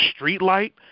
streetlight